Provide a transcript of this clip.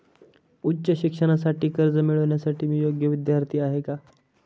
उच्च शिक्षणासाठी कर्ज मिळविण्यासाठी मी योग्य विद्यार्थी आहे का?